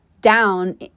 down